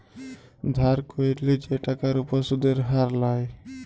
ধার ক্যইরলে যে টাকার উপর সুদের হার লায়